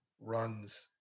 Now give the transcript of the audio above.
runs